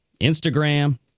Instagram